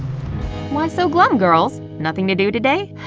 why so glum girls? nothing to do today?